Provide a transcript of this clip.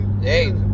Hey